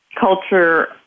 culture